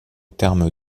terme